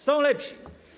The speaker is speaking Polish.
Są lepsi.